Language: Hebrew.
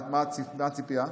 מה הציפייה?